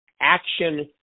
action